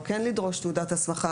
או לדרוש תעודת הסמכה.